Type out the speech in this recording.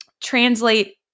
translate